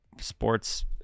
sports